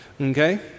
Okay